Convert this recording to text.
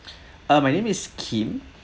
uh my name is Kim